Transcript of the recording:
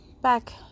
back